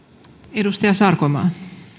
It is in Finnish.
arvoisa